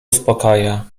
uspokaja